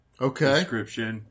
Okay